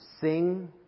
sing